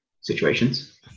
situations